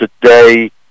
today